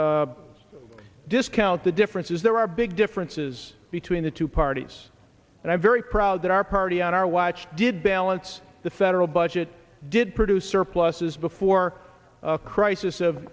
discount the differences there are big differences between the two parties and i'm very proud that our party on our watch did balance the federal budget did producer plus's before a crisis of